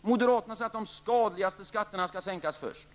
Moderaterna säger att de skadligaste skatterna skall sänkas först.